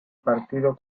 partido